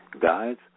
Guides